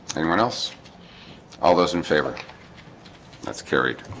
anyone else all those in favor that's carried